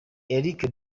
erik